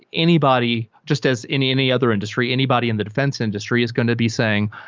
anybody, just as in any other industry, anybody in the defense industry is going to be saying,